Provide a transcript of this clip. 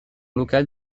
locale